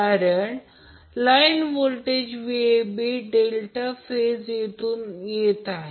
कारण line voltage Vab delta phase येथून येत आहे